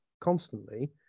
constantly